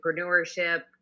entrepreneurship